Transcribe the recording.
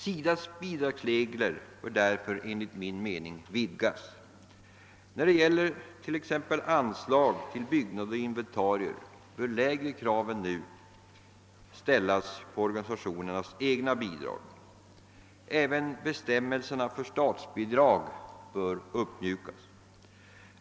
SIDA:s biståndsregler bör enligt min mening vidgas. Vad beträffar t.ex. anslag till byggnader och inventarier bör lägre krav än nu ställas på organisationernas egna bidrag. Även bestämmelserna för startbidrag bör uppmjukas.